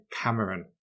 Cameron